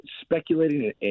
speculating